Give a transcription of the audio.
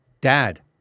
Dad